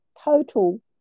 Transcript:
total